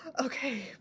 okay